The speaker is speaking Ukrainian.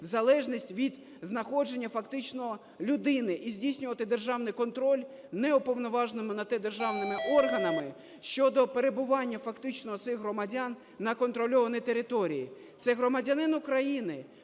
в залежність від знаходження фактично людини і здійснювати державний контроль не уповноваженими на те державними органами щодо перебування фактичного цих громадян на контрольованій території. Це громадянин України,